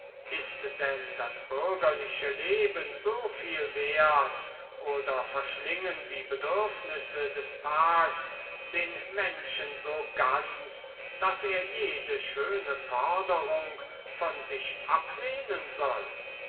ist denn das bürgerliche leben so viel wert oder verschlingen die bedürfnisse des tags den menschen so ganz daß er jede schöne forderung von sich ablehnen soll